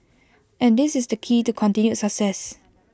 and this is the key to continued success